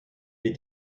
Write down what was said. des